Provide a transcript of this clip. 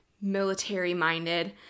military-minded